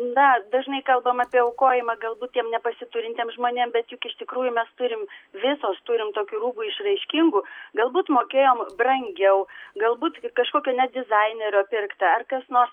na dažnai kalbam apie aukojimą galbūt tiem nepasiturintiem žmonėm bet juk iš tikrųjų mes turim visos turim tokių rūbų išraiškingų galbūt mokėjom brangiau galbūt kažkokio net dizainerio pirktą ar kas nors